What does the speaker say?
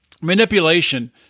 manipulation